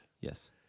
Yes